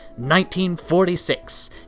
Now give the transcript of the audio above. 1946